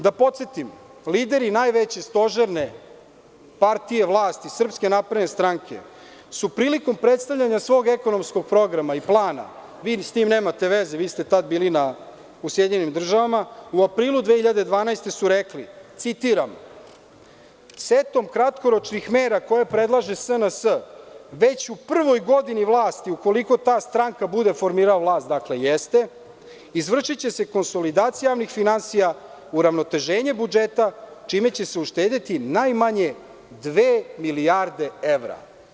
Da podsetim, lideri najveće stožerne partije vlasti Srpske napredne stranke su prilikom predstavljanja svog ekonomskog programa i plana, vi sa tim nemate veze, vi ste tada bili u SAD, u aprilu 2012. godine su rekli, citiram: „Setom kratkoročnih mera koje predlaže SNS, već u prvoj godini vlasti, ukoliko ta stranka bude formirala vlast, dakle, jeste, izvršiće se konsolidacija javnih finansija, uravnoteženje budžeta, čime će se uštedeti najmanje dve milijarde evra“